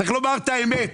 צריך לומר את האמת.